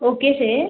okay sir